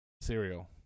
cereal